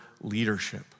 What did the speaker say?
leadership